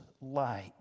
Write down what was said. light